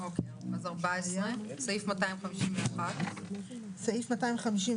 וזה עד 21', רק ב-21', נכון?